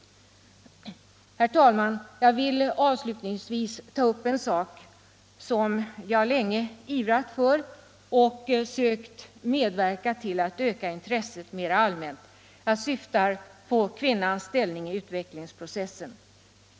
Herr talman! Jag vill avslutningsvis ta upp en sak som jag länge ivrat för och sökt medverka till att öka intresset mera allmänt för. Jag syftar på kvinnans ställning i utvecklingsprocessen.